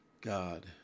God